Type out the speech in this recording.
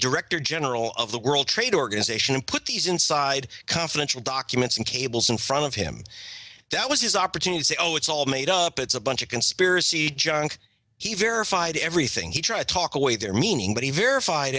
director general of the world trade organization and put these inside confidential documents and cables in front of him that was his opportunity to say oh it's all made up it's a bunch of conspiracy junk he verified everything he tried to talk away there meaning that he verified